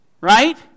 right